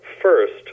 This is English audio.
First